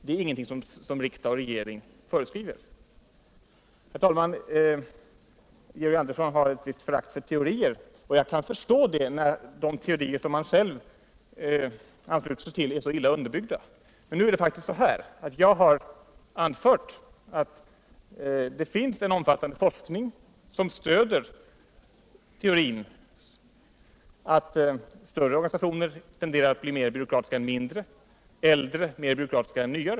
Det är ingenting som riksdag och regering föreskriver. Herr talman! Georg Andersson har ett visst förakt för teorier. Jag kan förstå det. när de teorier som han själv ansluter sig ull är så illa underbyggda. Men nu är det faktiskt så, som jag tidigare sagt, att det finns en omfattande forskning som stöder teorin att större organisationer tenderar att bli mer byråkratiska än mindre, och äldre mer byråkratiska än nya.